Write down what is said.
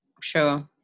Sure